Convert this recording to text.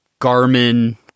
garmin